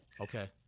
Okay